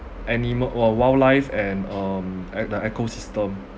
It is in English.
animal wil~ wildlife and um at the ecosystem